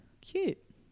Cute